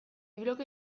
bloke